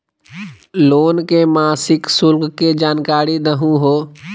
Loan के मासिक शुल्क के जानकारी दहु हो?